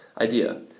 idea